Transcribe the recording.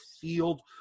field